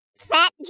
fat